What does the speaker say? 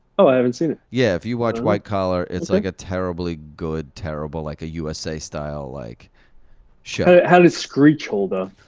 oh, i haven't seen it. yeah, if you watch white collar, it's like a terribly good terrible, like a u s a style like show. how did screech hold up?